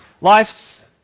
Life's